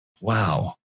Wow